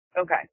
Okay